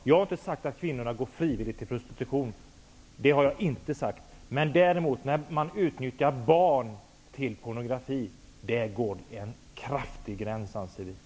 Jag säger inte att kvinnorna går frivilligt till prostitution. Det har jag inte sagt. Men vi anser att det går en tydlig gräns när man utnyttjar barn till pornografi.